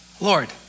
Lord